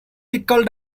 trickle